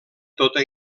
tota